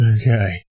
Okay